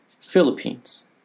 Philippines